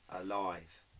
alive